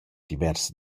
divers